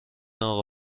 اقا